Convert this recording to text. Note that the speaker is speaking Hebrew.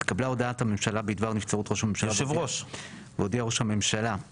התקבלה הודעת הממשלה בדבר נבצרות ראש הממשלה והודיע ראש הממשלה כי